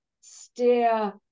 steer